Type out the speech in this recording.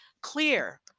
clear